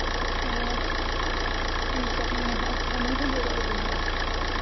ꯑꯣ ꯑꯩꯁꯨ ꯆꯠꯅꯤꯡꯉꯦ ꯀꯃꯤꯡ ꯁꯟꯗꯦꯗ ꯑꯣꯏꯗꯣꯏꯅꯦꯕ